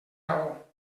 raó